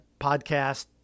podcast